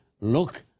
look